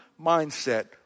mindset